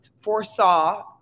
foresaw